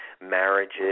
marriages